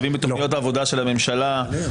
תצאי בבקשה, מירב.